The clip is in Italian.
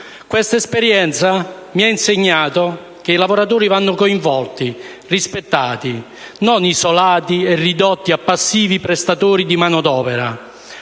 Quella esperienza mi ha insegnato che i lavoratori vanno coinvolti, rispettati, non isolati e ridotti a passivi prestatori di mano d'opera,